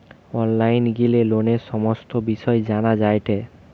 online গিলে লোনের সমস্ত বিষয় জানা যায়টে